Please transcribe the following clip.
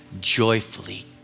joyfully